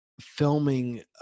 filming